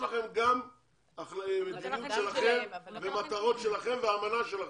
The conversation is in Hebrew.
גם לכם יש מדיניות ומטרות משלכם ואמנה שלכם.